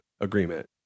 agreement